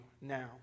now